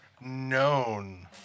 Known